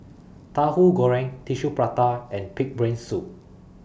Tahu Goreng Tissue Prata and Pig'S Brain Soup